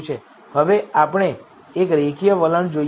હવે આપણે એક રેખીય વલણ જોઈએ છીએ